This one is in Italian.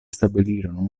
stabilirono